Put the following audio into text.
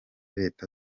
leta